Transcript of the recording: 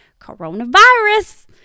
coronavirus